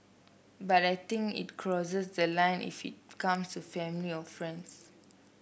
but I think it crosses the line if it comes family or friends